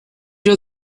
your